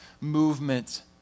movement